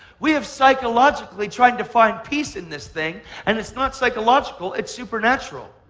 we have psychologically tried to find peace in this thing and it's not psychological, it's supernatural.